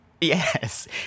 Yes